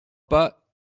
pas